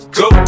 go